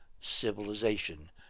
civilization